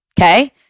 Okay